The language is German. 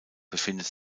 befindet